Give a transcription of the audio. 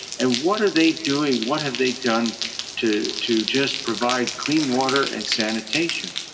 and what are they doing, what have they done to to just provide clean water and sanitation,